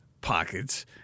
pockets